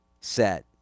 set